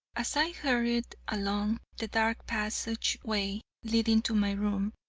as i hurried along the dark passageway leading to my room,